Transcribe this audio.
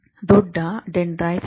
ದೊಡ್ಡ ಡೈನಾಮಿಕ್ಸ್ ಇದೆ